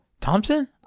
Thompson